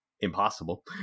impossible